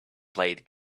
played